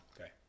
Okay